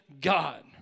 God